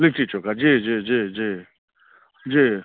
लिट्टी चोखा जी जी जी जी जी